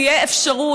תהיה אפשרות,